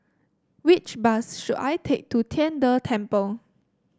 which bus should I take to Tian De Temple